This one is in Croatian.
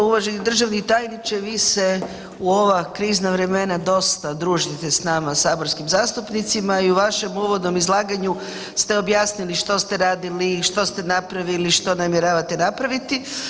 Uvaženi državni tajniče vi se u ova krizna vremena dosta družite s nama saborskim zastupnicima i u vašem uvodnom izlaganju ste objasnili što ste radili, što ste napravili, što namjeravate napraviti.